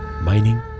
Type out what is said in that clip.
mining